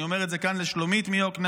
אני אומר את זה כאן לשלומית מיקנעם,